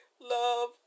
love